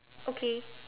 okay